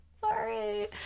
Sorry